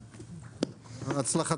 בהצלחה.